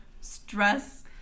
stress